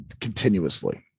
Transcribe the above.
continuously